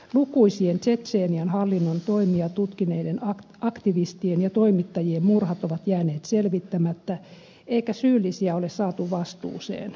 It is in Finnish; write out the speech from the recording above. lukuisien tsetsenian hallinnon toimia tutkineiden aktivistien ja toimittajien murhat ovat jääneet selvittämättä eikä syyllisiä ole saatu vastuuseen